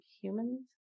humans